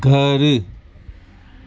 घरु